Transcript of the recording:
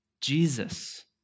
Jesus